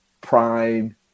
prime